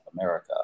America